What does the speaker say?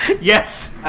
Yes